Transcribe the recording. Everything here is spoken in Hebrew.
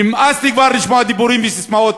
נמאס לי כבר לשמוע דיבורים וססמאות,